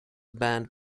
banned